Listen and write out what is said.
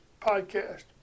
podcast